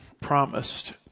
promised